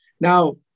Now